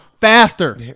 faster